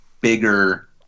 bigger